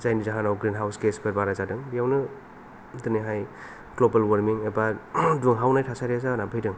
जायनि जाहोनाव greenhouse गेसफोर बारा जादों बेयावनो दोनैहाय ग्लबोल वार्मिं एबा दुंहावनाय थासारिया जादों जाना फैदोंं